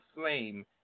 flame